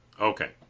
Okay